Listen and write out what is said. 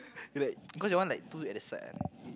like cause your one like too at the side ah